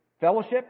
fellowship